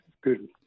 Good